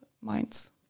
minds